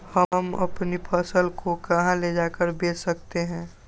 हम अपनी फसल को कहां ले जाकर बेच सकते हैं?